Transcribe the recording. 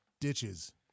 ditches